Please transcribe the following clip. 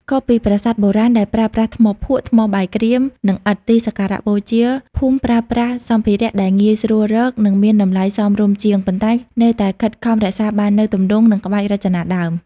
ខុសពីប្រាសាទបុរាណដែលប្រើប្រាស់ថ្មភក់ ថ្មបាយក្រៀម និងឥដ្ឋ ទីសក្ការៈបូជាភូមិប្រើប្រាស់សម្ភារៈដែលងាយស្រួលរក និងមានតម្លៃសមរម្យជាង ប៉ុន្តែនៅតែខិតខំរក្សាបាននូវទម្រង់ និងក្បាច់រចនាដើម៖